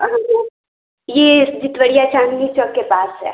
ये जेटवरिया चाँदनी चौक के पास है